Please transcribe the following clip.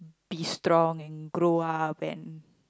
be strong and grow up and